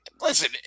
Listen